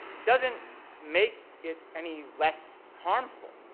doesn't make it any less harmful.